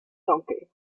donkey